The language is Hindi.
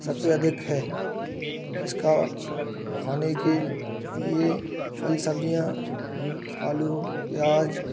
सबसे अधिक है इसका खाने के लिए फल सब्ज़ियाँ आलू प्याज़